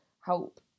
help